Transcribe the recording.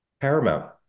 Paramount